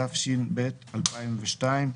התשס"ב 2002,